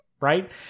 Right